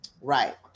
right